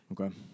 Okay